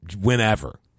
Whenever